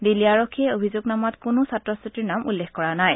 দিল্লী আৰক্ষীয়ে অভিযোগনামাত কোনো ছাত্ৰ ছাত্ৰীৰ নাম উল্লেখ কৰা নাই